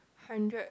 hundred